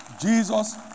Jesus